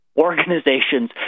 organizations